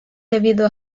debido